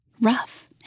rough